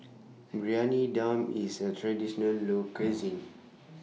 Briyani Dum IS A Traditional Local Cuisine